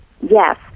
Yes